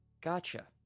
Gotcha